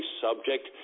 subject